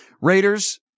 Raiders